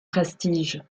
prestige